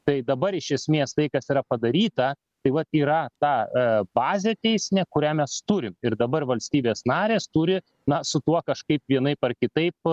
tai dabar iš esmės tai kas yra padaryta tai vat yra ta bazė teisinė kurią mes turim ir dabar valstybės narės turi na su tuo kažkaip vienaip ar kitaip